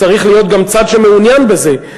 צריך להיות גם צד שמעוניין בזה,